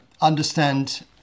understand